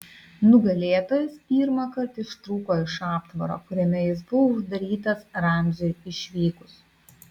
nugalėtojas pirmąkart ištrūko iš aptvaro kuriame jis buvo uždarytas ramziui išvykus